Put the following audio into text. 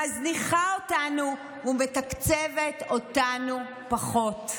מזניחה אותנו ומתקצבת אותנו פחות?